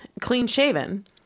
clean-shaven